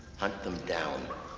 hunt them down.